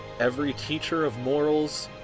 every teacher of morals.